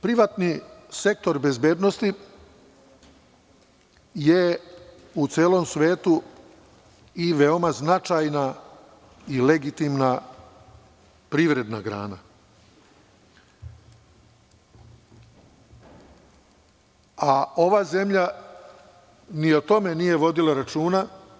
Privatni sektor bezbednosti je u celom svetu i veoma značajna i legitimna privredna grana, a ova zemlja ni o tome nije vodila računa.